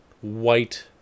white